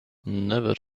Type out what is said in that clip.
never